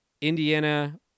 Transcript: Indiana